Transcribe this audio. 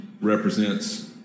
represents